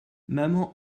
maman